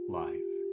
life